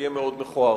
יהיה מאוד מכוער.